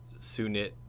Sunit